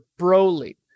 Broly